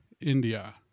India